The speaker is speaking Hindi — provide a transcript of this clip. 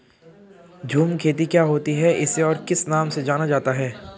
झूम खेती क्या होती है इसे और किस नाम से जाना जाता है?